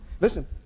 Listen